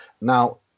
Now